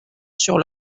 sur